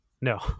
No